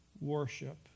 worship